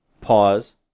Pause